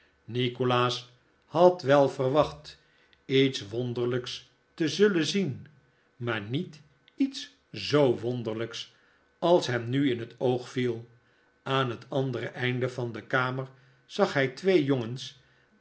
nikolaas had wel verwacht iets wonderlijks te zullen zien maar niet iets zoo wonderlijks als hem nu in het oog viel aan het andere einde van de kamer zag hij twee jongens